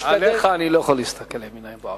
עליך אני לא יכול להסתכל עם עיניים בוערות.